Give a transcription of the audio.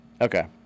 Okay